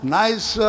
nice